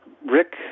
Rick